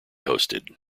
hosted